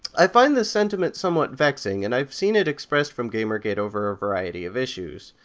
i find this sentiment somewhat vexing and i've seen it expressed from gamergate over a variety of issues.